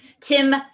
Tim